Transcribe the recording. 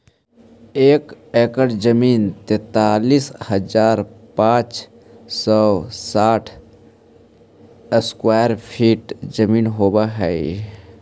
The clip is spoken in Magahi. एक एकड़ जमीन तैंतालीस हजार पांच सौ साठ स्क्वायर फीट जमीन होव हई